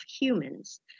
humans